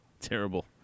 Terrible